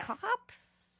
cops